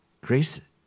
Grace